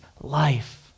life